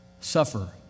Suffer